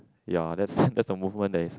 ya that's that's the movement there is